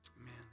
Amen